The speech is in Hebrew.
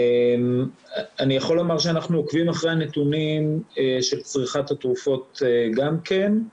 אני יכול לומר שאנחנו עוקבים אחרי הנתונים של צריכת התרופות גם כן,